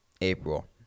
April